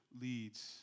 leads